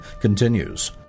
continues